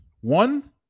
One